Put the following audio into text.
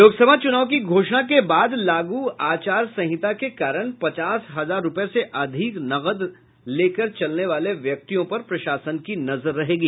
लोकसभा चुनाव की घोषणा के बाद लागू आचार संहिता के कारण पचास हजार रूपये से अधिक नकद लेकर चलने वाले व्यक्तियों पर प्रशासन की नजर रहेगी